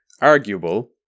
arguable